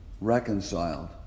reconciled